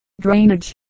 drainage